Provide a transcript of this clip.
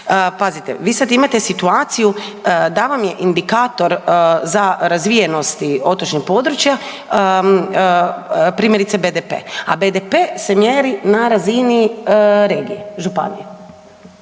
Pazite, vi sad imate situaciju da vam je indikator za razvijenosti otočnih područja, primjerice BDP, a BDP se mjeri na razini regije, županije.